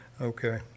Okay